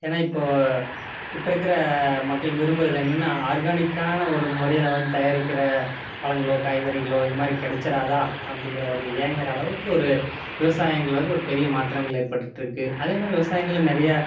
ஏன்னா இப்போது இப்போ இருக்கிற மக்கள் விரும்புகிறது என்னென்னா ஆர்கானிக்கான ஒரு முறையில் வந்து தயாரிக்கிற பழங்களோ காய்கறிகளோ இதுமாதிரி கிடைச்சிராதா அப்படிங்கிற ஒரு ஏங்குகிற அளவுக்கு ஒரு விவசாயங்கள் வந்து ஒரு பெரிய மாற்றங்கள் ஏற்பட்டுகிட்ருக்கு அதேமாதிரி விவசாயங்கள்ல நிறைய